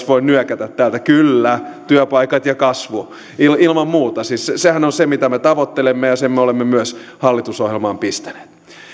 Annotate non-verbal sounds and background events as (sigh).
(unintelligible) voin nyökätä täältä kyllä on työpaikat ja kasvu ilman muuta siis sehän on se mitä me tavoittelemme ja sen me olemme myös hallitusohjelmaan pistäneet